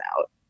out